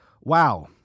wow